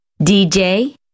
dj